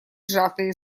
сжатые